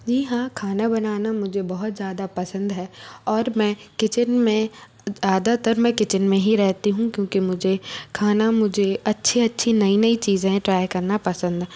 जी हाँ खाना बनाना मुझे बहुत ज़्यादा पसन्द है और मैं किचेन में ज़्यादातर मैं किचन में ही रहती हूँ क्योंकि मुझे खाना मुझे अच्छी अच्छी नई नई चीज़ें ट्राइ करना पसन्द है